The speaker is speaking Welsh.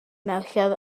mercher